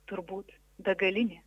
turbūt begalinė